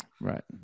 Right